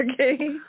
Okay